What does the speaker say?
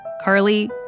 Carly